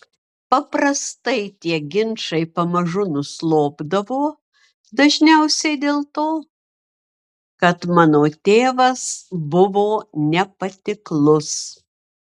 paprastai tie ginčai pamažu nuslopdavo dažniausiai dėl to kad mano tėvas buvo nepatiklus